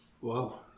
Wow